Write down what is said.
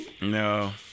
No